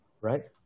right